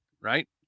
right